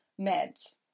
meds